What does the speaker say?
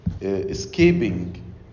escaping